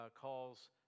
calls